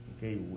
Okay